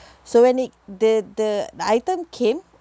so when it the the item came